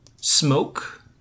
smoke